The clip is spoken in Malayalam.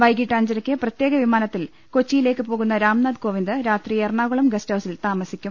വൈകീട്ട് അഞ്ചരയ്ക്ക് പ്രത്യേക വിമാ നത്തിൽ കൊച്ചിയിലേക്ക് പോകുന്ന രാം നാഥ് കോവിന്ദ് രാത്രി എറണാ കുളം ഗസ്റ്റ് ഹൌസിൽ താമസിക്കും